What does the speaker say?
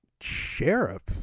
sheriff's